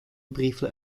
briefly